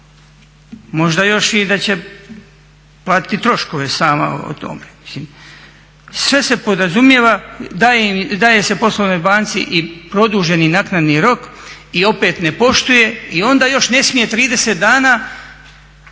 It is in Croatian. Možda još i da će platiti troškove sama o tome. Mislim sve se podrazumijeva, daje se poslovnoj banci i produženi, naknadni rok i opet ne poštuje i onda još ne smije 30 dana